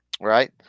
right